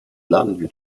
ladenhüter